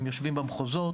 הם יושבים במחוזות,